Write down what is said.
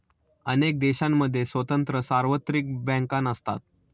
अनेक देशांमध्ये स्वतंत्र सार्वत्रिक बँका नसतात